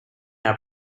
our